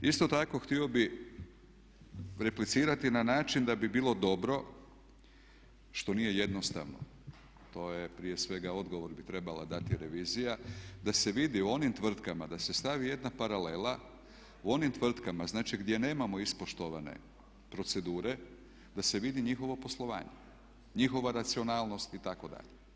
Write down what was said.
Isto tako htio bih replicirati na način da bi bilo dobro, što nije jednostavno, to je prije svega odgovor bi trebala dati revizija, da se vidi u onim tvrtkama, da se stavi jedna paralela u onim tvrtkama znači gdje nemamo ispoštovane procedure da se vidi njihovo poslovanje, njihova racionalnost itd.